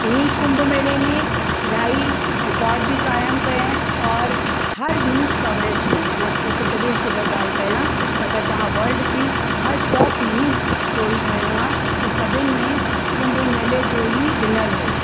इन कुंभ मेले ने इलाही रिकॉड बि क़ाइम कयूं और हर न्यूस कवरेज में मां सिर उत्तर प्रदेश जी अगरि ॻाल्हि कयां त अगरि तव्हां वल्ड जी हर टोप न्यूज़ स्टोरी खयों आहे त सभिनि में कुंभ मेले जो ई ॾिनल हुओ